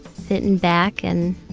sitting back and